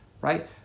right